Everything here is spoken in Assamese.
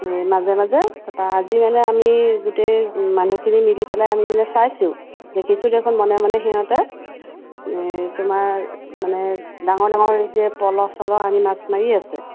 এই মাজে মাজে তাপা আজি মানে আমি গোটেই মানুহখিনি মিলি পেলাই আমি মানে চাইছোঁ দেখিছোঁ দেখোন মনে মনে সিহঁতে তোমাৰ মানে ডাঙৰ ডাঙৰ এই যে পল চল আনি মাছ মাৰি আছে